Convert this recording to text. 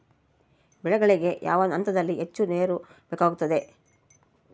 ಬೆಳೆಗಳಿಗೆ ಯಾವ ಹಂತದಲ್ಲಿ ಹೆಚ್ಚು ನೇರು ಬೇಕಾಗುತ್ತದೆ?